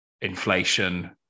inflation